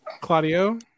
claudio